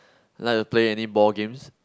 like to play any ball games